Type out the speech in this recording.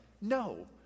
no